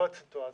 בהארכת סיטואציה,